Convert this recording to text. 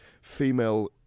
female